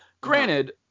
Granted